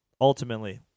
ultimately